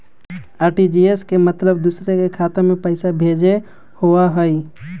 RTGS के मतलब दूसरे के खाता में पईसा भेजे होअ हई?